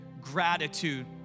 gratitude